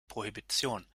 prohibition